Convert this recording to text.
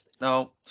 No